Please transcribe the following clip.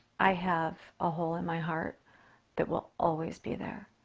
i have a hole in my heart that will always be there.